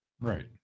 Right